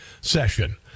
session